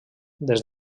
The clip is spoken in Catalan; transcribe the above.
des